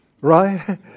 Right